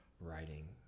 writing